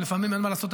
ולפעמים אין מה לעשות,